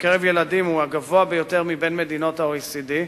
בקרב ילדים הוא הגבוה ביותר מבין מדינות ה-OECD,